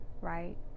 right